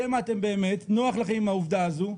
שמא באמת נוח לכם עם העובדה הזאת,